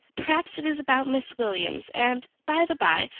perhaps it is about miss williams and, by the bye,